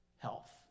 health